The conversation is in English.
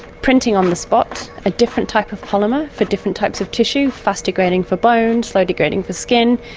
printing on the spot, a different type of polymer for different types of tissue, fast degrading for bones, slow degrading for skin.